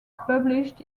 published